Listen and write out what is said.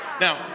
Now